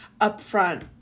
upfront